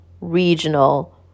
regional